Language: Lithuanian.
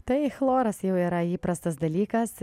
tai chloras jau yra įprastas dalykas